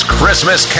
Christmas